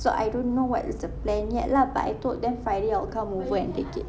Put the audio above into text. so I don't know what is the plan yet lah but I told them friday I will come over and take it